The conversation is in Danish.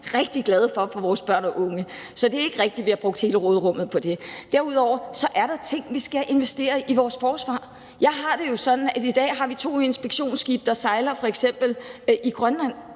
rigtig glade for på vegne af vores børn og unge. Så det er ikke rigtigt, at vi har brugt hele råderummet på det. Derudover vil jeg sige, at der er ting, vi skal investere i, som angår vores forsvar. I dag har vi to inspektionsskibe, der sejler f.eks. i Grønland,